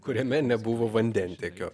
kuriame nebuvo vandentiekio